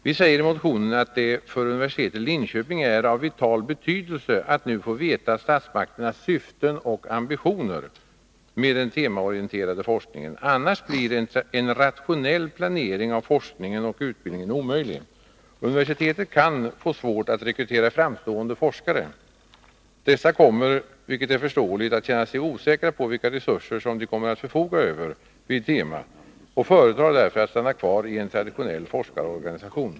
Vi säger i motionen att det för universitetet i Linköping är av vital betydelse att nu få veta statsmakternas syfte och ambitioner med den temaorienterade forskningen. Annars blir en rationell planering av forskningen och utbildningen omöjlig. Universitetet kan få svårt att rekrytera framstående forskare. Dessa kommer, vilket är förståeligt, att känna sig osäkra på vilka resurser de kommer att förfoga över vid den temaorienterade forskningen och föredrar därför att stanna kvar i en traditionell forskarorganisation.